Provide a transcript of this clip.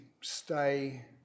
stay